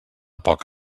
poc